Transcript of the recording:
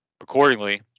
Accordingly